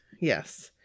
Yes